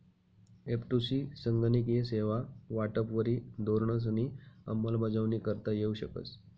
एफ.टु.सी संगणकीय सेवा वाटपवरी धोरणंसनी अंमलबजावणी करता येऊ शकस